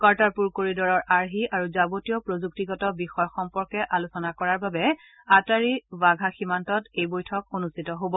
কৰ্টাৰপুৰ কৰিডৰৰ আৰ্হি আৰু যাৰতীয় প্ৰযুক্তিগত বিষয় সম্পৰ্কে আলোচনা কৰাৰ বাবে আট্টাৰী ৱাঘা সীমান্তত এই বৈঠক অনুষ্ঠিত হ'ব